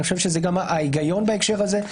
אני חושב שזה גם ההיגיון בהקשר הזה,